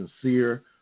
sincere